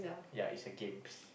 yeah it's a games